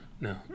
no